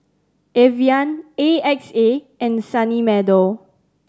Evian A X A and Sunny Meadow